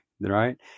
right